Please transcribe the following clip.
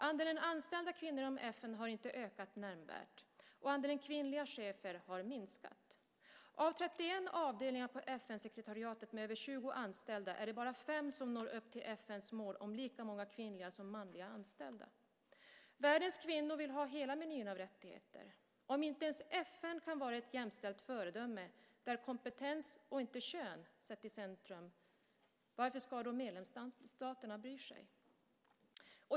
Andelen anställda kvinnor inom FN har inte ökat nämnvärt, och andelen kvinnliga chefer har minskat. Av 31 avdelningar på FN-sekretariatet med över 20 anställda är det bara fem som når upp till FN:s mål om lika många kvinnliga som manliga anställda. Världens kvinnor vill ha hela menyn av rättigheter. Om inte ens FN kan vara ett jämställt föredöme, där kompetens och inte kön sätts i centrum, varför ska då medlemsstaterna bry sig?